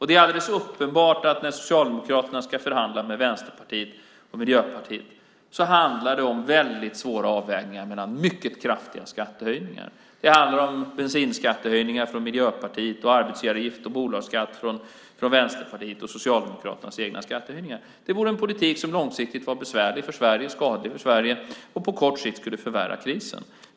Det är alldeles uppenbart att när Socialdemokraterna ska förhandla med Vänsterpartiet och Miljöpartiet handlar det om svåra avvägningar mellan mycket kraftiga skattehöjningar - bensinskattehöjningar från Miljöpartiet, arbetsgivaravgift och bolagsskatt från Vänsterpartiet samt Socialdemokraternas egna skattehöjningar. Det är en politik som långsiktigt skulle vara besvärlig och skadlig för Sverige och som på sikt skulle förvärra krisen.